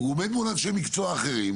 הוא עובד מול אנשי מקצוע אחרים.